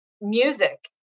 Music